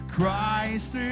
Christ